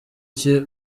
cye